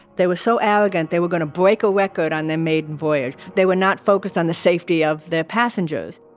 they were so arrogant they were going to break a record on their maiden voyage. they were not focused on the safety of their passengers.